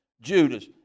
Judas